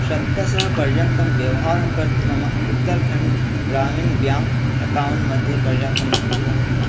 सप्तशः पर्यन्तं व्यवहारं कर्तुं मम उत्तर्खण्ड् ग्रामिन् ब्याङ्क् अकौण्ट् मध्ये पर्याप्तमस्ति वा